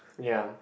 ya